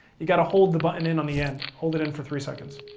you got to hold the button in on the end. hold it in for three seconds.